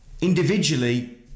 Individually